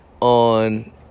on